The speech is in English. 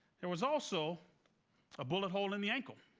there was also a bullet hole in the ankle.